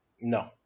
No